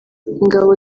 ingabo